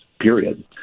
period